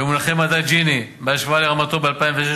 במונחי מדד ג'יני בהשוואה לרמתו ב-2006.